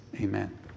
Amen